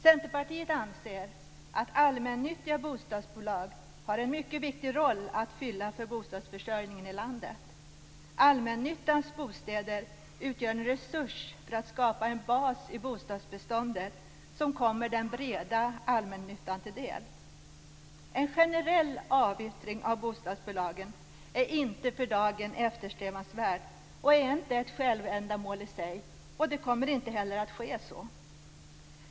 Centerpartiet anser att allmännyttiga bostadsbolag har en mycket viktig roll att fylla för bostadsförsörjningen i landet. Allmännyttans bostäder utgör en resurs för att skapa en bas i bostadsbeståndet som kommer den breda allmännyttan till del. En generell avyttring av bostadsbolagen är inte för dagen eftersträvansvärt och är inte ett självändamål i sig, och det kommer inte heller att ske.